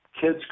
kids